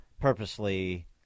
purposely